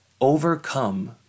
overcome